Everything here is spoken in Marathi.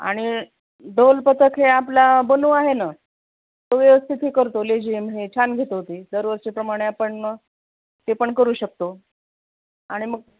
आणि ढोलपथक हे आपला बनू आहे न तो व्यवस्थित हे करतो लेझिम हे छान घेत होती दरवर्षीप्रमाणे आपण ते पण करू शकतो आणि मग